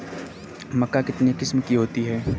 मक्का कितने किस्म की होती है?